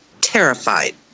terrified